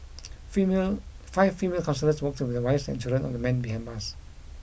female five female counsellors worked the wives and children of the men behind bars